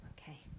Okay